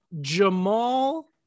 Jamal